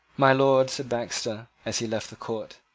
my lord, said baxter, as he left the court,